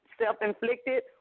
self-inflicted